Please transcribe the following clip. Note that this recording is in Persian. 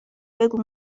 بگو